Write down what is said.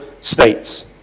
states